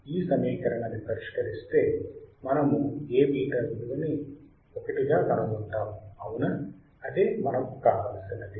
ఈ సమీకరణాన్ని పరిష్కరిస్తే మనము A β విలువ 1 గా కనుగొంటాము అవునా అదే మనకి కావలసినది